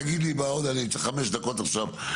תגיד לי באוזן: אני צריך חמש דקות לשירותים,